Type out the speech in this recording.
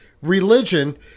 religion